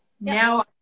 now